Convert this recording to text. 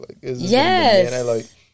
Yes